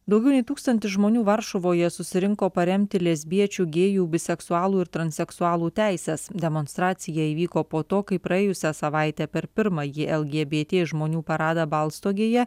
daugiau nei tūkstantis žmonių varšuvoje susirinko paremti lesbiečių gėjų biseksualų ir transseksualų teises demonstracija įvyko po to kai praėjusią savaitę per pirmąjį lgbt žmonių paradą balstogėje